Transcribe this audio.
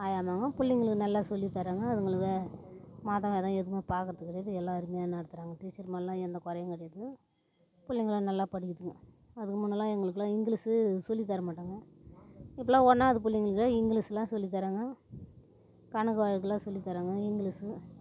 ஆயாம்மாங்க பிள்ளைங்களுக்கு நல்லா சொல்லித் தர்றாங்க அதுங்களுக்கு மதம் இது எதுவுமே பாக்கிறது கிடையாது எல்லாம் அருமையாக நடத்துகிறாங்க டீச்சர் மேலெல்லாம் எந்த குறையும் கிடையாது புள்ளைங்கள்லாம் நல்லா படிக்குதுங்க அதுக்கு முன்னேலாம் எங்களுக்கெல்லாம் இங்கிலிஷு சொல்லித்தர மாட்டாங்க இப்போலாம் ஒண்ணாவது பிள்ளைங்களுக்கே இங்கிலிஷ்லாம் சொல்லித் தர்றாங்க கணக்கு வழக்குலாம் சொல்லித் தர்றாங்க இங்கிலிஷ்